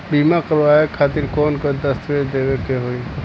बीमा करवाए खातिर कौन कौन दस्तावेज़ देवे के होई?